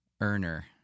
earner